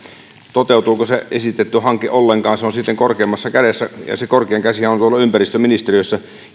toteutuuko se esitetty hanke ollenkaan on korkeimmassa kädessä ja se korkein käsihän on tuolla ympäristöministeriössä